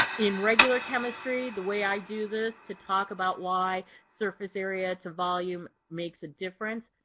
in regular chemistry, the way i do this to talk about why surface area to volume makes a difference,